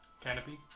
Canopy